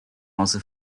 also